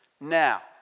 Now